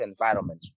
environment